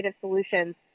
solutions